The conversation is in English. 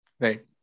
Right